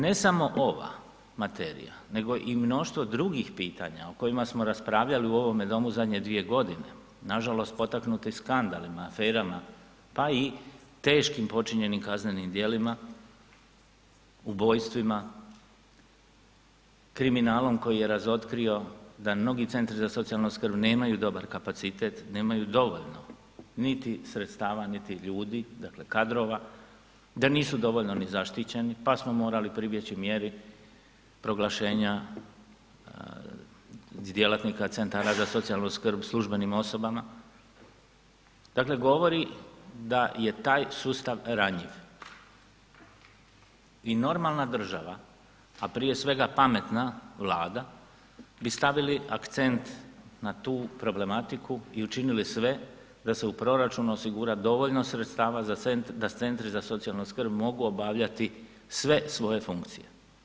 Ne samo ova materija nego i mnoštvo drugih pitanja o kojima smo raspravljali u ovome domu zadnje 2.g., nažalost potaknuti skandalima, aferama, pa i teškim počinjenim kaznenim dijelima, ubojstvima, kriminalom koji je razotkrio da mnogi centri za socijalnu skrb nemaju dobar kapacitet, nemaju dovoljno niti sredstava, niti ljudi, dakle kadrova, da nisu dovoljno ni zaštićeni, pa smo morali pribjeći mjeri proglašenja djelatnika centara za socijalnu skrb službenim osobama, dakle govori da je taj sustav ranjiv i normalna država, a prije svega pametna Vlada bi stavili akcent na tu problematiku i učinili sve da se u proračunu osigura dovoljno sredstava da centri za socijalnu skrb mogu obavljati sve svoje funkcije.